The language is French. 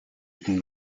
une